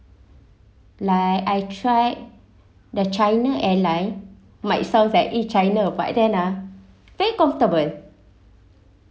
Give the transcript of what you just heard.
like I try the china airline might sounds like eh china but then ah very comfortable